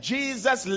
Jesus